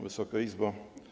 Wysoka Izbo!